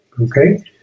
okay